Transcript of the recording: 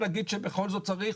נגיד שבכל זאת צריך,